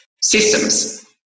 systems